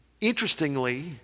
Interestingly